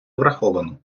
враховано